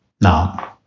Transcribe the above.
now